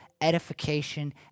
edification